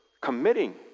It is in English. committing